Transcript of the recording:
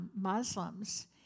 Muslims